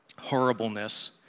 horribleness